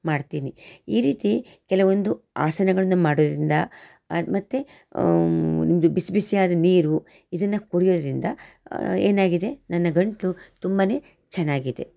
ಮಾಡ್ತೀನಿ ಈ ರೀತಿ ಕೆಲವೊಂದು ಆಸನಗಳನ್ನ ಮಾಡೋದರಿಂದ ಮತ್ತು ಒಂದು ಬಿಸಿ ಬಿಸಿ ಆದ ನೀರು ಇದನ್ನು ಕುಡಿಯೋದ್ರಿಂದ ಏನಾಗಿದೆ ನನ್ನ ಗಂಟಲು ತುಂಬ ಚೆನ್ನಾಗಿದೆ